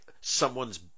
someone's